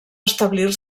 establir